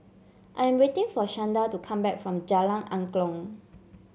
I am waiting for Shanda to come back from Jalan Angklong